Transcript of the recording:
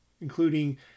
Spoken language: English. including